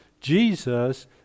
Jesus